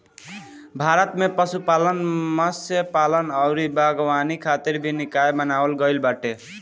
भारत में पशुपालन, मत्स्यपालन अउरी बागवानी खातिर भी निकाय बनावल गईल बाटे